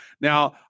Now